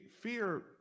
fear